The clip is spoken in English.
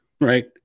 right